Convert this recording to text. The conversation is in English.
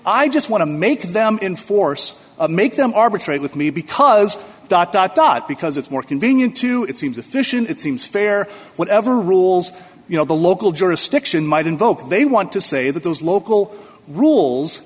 i just want to make them in force make them arbitrate with me because dot dot dot because it's more convenient to it seems the fish in it seems fair whatever rules you know the local jurisdiction might invoke they want to say that those local rules